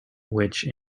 which